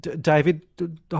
David